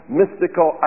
mystical